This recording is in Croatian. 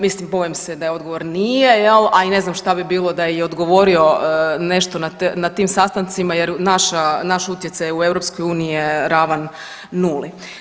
Mislim, bojim se da je odgovor nije, a i ne znam šta bi bilo da je odgovorio nešto na tim sastancima jer naša, naš utjecaj u EU je ravan nuli.